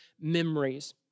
memories